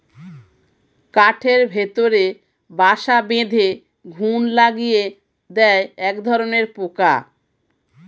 কাঠের ভেতরে বাসা বেঁধে ঘুন লাগিয়ে দেয় একধরনের পোকা